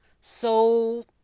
So